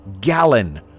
gallon